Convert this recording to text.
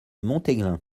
montéglin